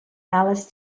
alice